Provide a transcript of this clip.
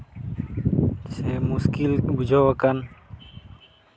ᱥᱮ ᱢᱩᱥᱠᱤᱞ ᱵᱩᱡᱷᱟᱹᱣ ᱟᱠᱟᱱ